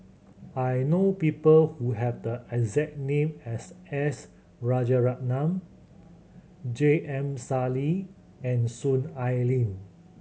I know people who have the exact name as S Rajaratnam J M Sali and Soon Ai Ling